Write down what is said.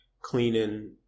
cleaning